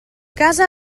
casa